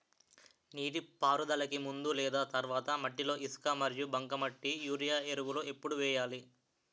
నీటిపారుదలకి ముందు లేదా తర్వాత మట్టిలో ఇసుక మరియు బంకమట్టి యూరియా ఎరువులు ఎప్పుడు వేయాలి?